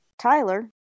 Tyler